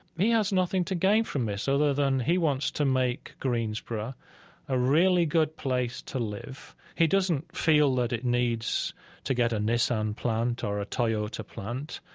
he has nothing to gain from this other than he wants to make greensboro a really good place to live. he doesn't feel that it needs to get a nissan plant or a toyota plant.